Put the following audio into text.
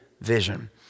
vision